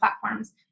platforms